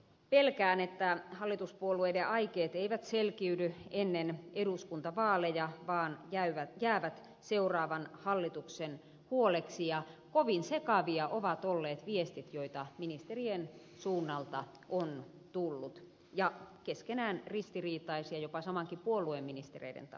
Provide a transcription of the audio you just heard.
pelkään että hallituspuolueiden aikeet eivät selkiydy ennen eduskuntavaaleja vaan jäävät seuraavan hallituksen huoleksi ja kovin sekavia ovat olleet viestit joita ministerien suunnalta on tullut ja keskenään ristiriitaisia jopa samankin puolueen ministereiden taholta